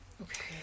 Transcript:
Okay